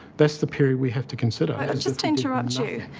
that's the period we have to consider. just to interrupt you,